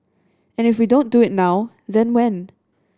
and if we don't do it now then when